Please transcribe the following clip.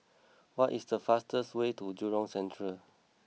what is the fastest way to Jurong Central